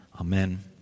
Amen